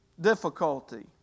difficulty